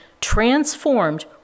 transformed